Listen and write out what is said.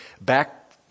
back